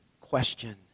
question